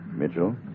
Mitchell